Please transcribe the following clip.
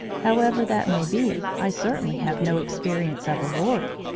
however that may be, i certainly have no experience of aurorae,